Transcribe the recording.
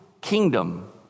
kingdom